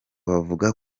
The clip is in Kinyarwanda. bavuga